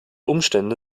umstände